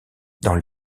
dans